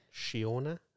Shiona